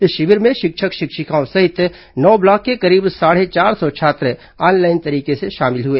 इस शिविर में शिक्षक शिक्षिकाओं सहित नौ ब्लॉक के करीब साढे चार सौ छात्र ऑनलाइन तरीके से शामिल हुए